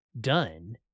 done